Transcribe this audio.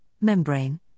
membrane